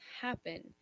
happen